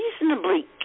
reasonably